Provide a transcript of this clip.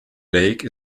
lake